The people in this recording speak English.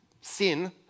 sin